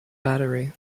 battery